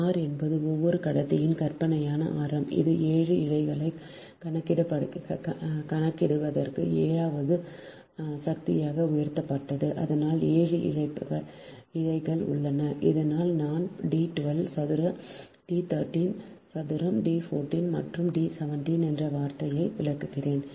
r என்பது ஒவ்வொரு கடத்தியின் கற்பனையான ஆரம் அது 7 இழைகளைக் கணக்கிடுவதற்கு 7 வது சக்தியாக உயர்த்தப்பட்டது அதனால் 7 இழைகள் உள்ளன அதனால் நான் D 12 சதுர D 13 சதுர D 14 மற்றும் D 17 என்ற வார்த்தையை விளக்குகிறேன்